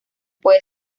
puede